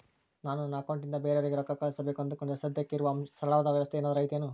ನಾನು ನನ್ನ ಅಕೌಂಟನಿಂದ ಬೇರೆಯವರಿಗೆ ರೊಕ್ಕ ಕಳುಸಬೇಕು ಅಂದುಕೊಂಡರೆ ಸದ್ಯಕ್ಕೆ ಇರುವ ಸರಳವಾದ ವ್ಯವಸ್ಥೆ ಏನಾದರೂ ಐತೇನು?